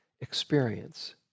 experience